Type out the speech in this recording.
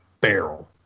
barrel